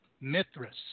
Mithras